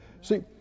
See